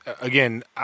again